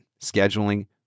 scheduling